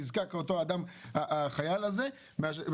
החייל הזה יותר נזקק,